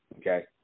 Okay